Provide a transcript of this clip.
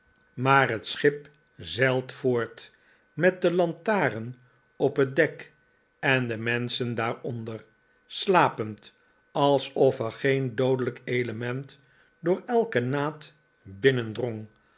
maar het schip zeilt voort met de lantaarn op het dek en de menschen daarpnder slapend alsof er geen doodelijk element door elken naad